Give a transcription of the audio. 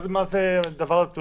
איזה מין דבר זה?